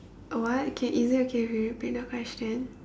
what can is it okay if you repeat the question